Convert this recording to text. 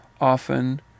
often